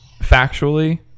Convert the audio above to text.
factually